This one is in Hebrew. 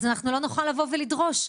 אנחנו לא נוכל לבוא ולדרוש.